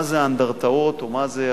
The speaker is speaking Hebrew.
מה זה האנדרטאות או מה זה,